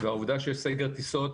והעובדה שיש סגר טיסות,